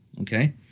Okay